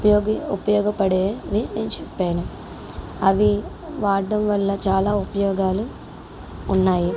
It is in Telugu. ఉపయోగి ఉపయోగపడే వి నేను చెప్పాను అవి వాడడం వల్ల చాలా ఉపయోగాలు ఉన్నాయి